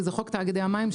כי זה חוק תאגידי המים,